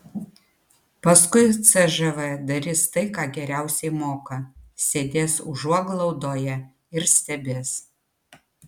paskui cžv darys tai ką geriausiai moka sėdės užuoglaudoje ir stebės